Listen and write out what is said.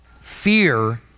fear